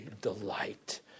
delight